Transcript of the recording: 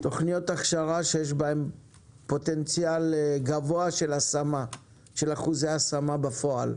תכניות הכשרה שיש בהן פוטנציאל גבוה של אחוזי השמה בפועל.